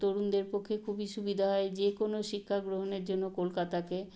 তরুণদের পক্ষে খুবই সুবিধা হয় যে কোন শিক্ষা গ্রহণের জন্য কলকাতাকে